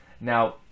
now